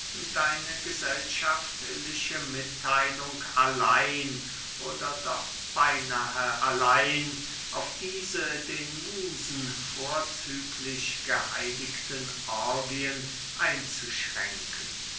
deine gesellschaftliche mittheilung allein oder doch beynahe allein auf diese den musen vorzüglich geheiligten orgyen einzuschränken